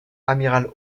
amiral